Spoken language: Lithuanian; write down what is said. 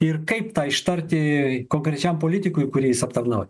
ir kaip tą ištarti konkrečiam politikui kurį jis aptarnauja